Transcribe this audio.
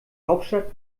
hauptstadt